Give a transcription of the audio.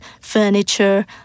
furniture